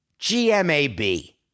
GMAB